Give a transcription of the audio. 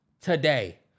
today